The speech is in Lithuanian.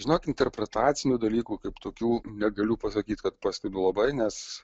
žinok interpretacinių dalykų kaip tokių negaliu pasakyt kad pastebiu labai nes